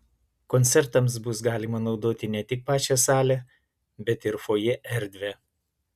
koncertams bus galima naudoti ne tik pačią salę bet ir fojė erdvę